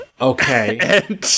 Okay